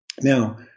Now